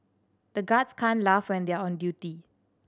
the guards can't laugh when they are on duty